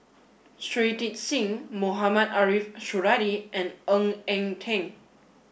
Shui Tit Sing Mohamed Ariff Suradi and Ng Eng Teng